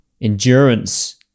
endurance